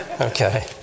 okay